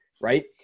right